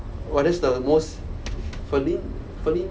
!wah! that's the most feline feline